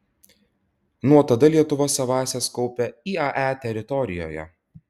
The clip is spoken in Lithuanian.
nuo tada lietuva savąsias kaupia iae teritorijoje